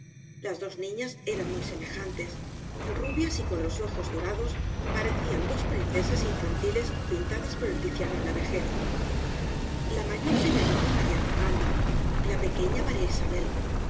las dos niñas eran muy semejantes rubias y con los ojos dorados parecían dos princesas infantiles pintadas por el tiziano en la vejez la mayor se llamaba maría fer nanda la pequeña maría isabel